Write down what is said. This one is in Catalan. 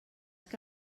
que